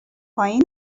پایین